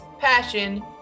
passion